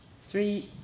three